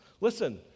Listen